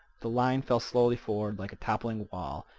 the line fell slowly forward like a toppling wall,